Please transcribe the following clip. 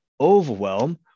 overwhelm